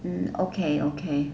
um okay okay